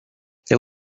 they